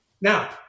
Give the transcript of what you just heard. Now